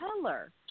color